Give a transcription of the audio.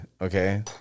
Okay